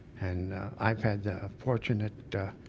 and i've had the fortune